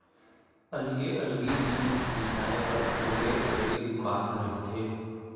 अलगे अलगे जिनिस बिसाए बर अलगे अलगे दुकान रहिथे